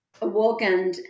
awoken